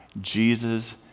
Jesus